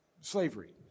slavery